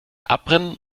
abbrennen